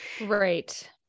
Right